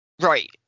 Right